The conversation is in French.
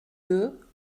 deux